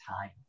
time